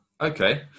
Okay